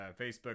Facebook